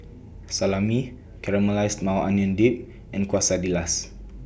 Salami Caramelized Maui Onion Dip and Quesadillas